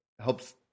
helps